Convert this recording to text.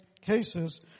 cases